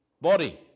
body